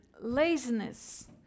laziness